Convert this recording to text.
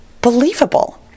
Believable